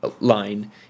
line